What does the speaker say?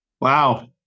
Wow